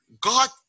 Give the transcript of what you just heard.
God